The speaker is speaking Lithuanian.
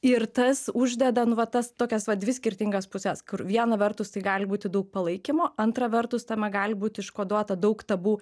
ir tas uždeda nu va tas tokias va dvi skirtingas puses kur viena vertus tai gali būti daug palaikymo antra vertus tame gali būti iškoduota daug tabu